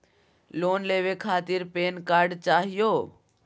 Loan लेवे खातीर PAN card चाहियो?